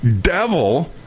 devil